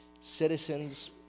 citizens